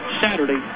Saturday